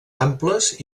amples